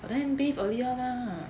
but then bathe earlier lah